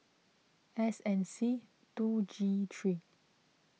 S N C two G three